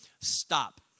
stop